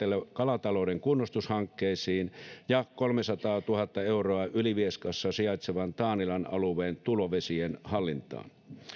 kalatalouden kunnostushankkeisiin ja kolmesataatuhatta euroa ylivieskassa sijaitsevan taanilan alueen tulvavesien hallintaan